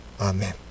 Amen